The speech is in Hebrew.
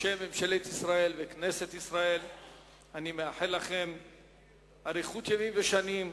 בשם ממשלת ישראל וכנסת ישראל אני מאחל לכם אריכות ימים ושנים,